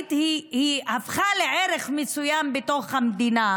צבאית הפכה לערך מסוים בתוך המדינה,